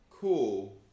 cool